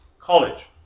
College